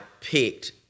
picked